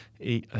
Et